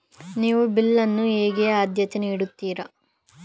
ನೀವು ಬಿಲ್ ಅನ್ನು ಹೇಗೆ ಆದ್ಯತೆ ನೀಡುತ್ತೀರಿ?